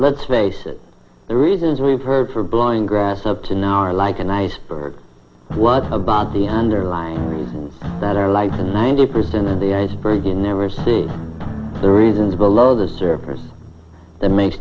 let's face it the reasons we've heard for blowing grass up to now are like an iceberg what about the underlying reasons that are life and ninety percent of the iceberg you never see the reasons below the surface that makes